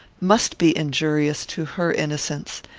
must be injurious to her innocence,